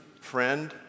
friend